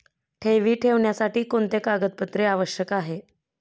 ठेवी ठेवण्यासाठी कोणते कागदपत्रे आवश्यक आहे?